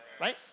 right